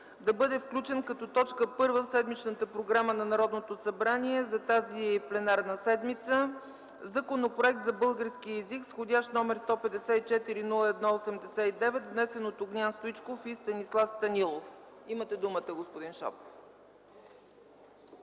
да бъде включен като точка първа в седмичната програма на Народното събрание за тази пленарна седмица Законопроект за българския език с вх. № 154 01-89, внесен от Огнян Стоичков и Станислав Станилов. Имате думата, господин Шопов.